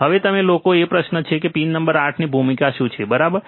હવે તમે લોકો માટે પ્રશ્ન એ છે કે પિન નંબર 8 ની ભૂમિકા શું છે બરાબર